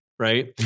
right